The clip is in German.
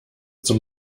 zum